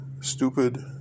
stupid